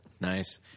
nice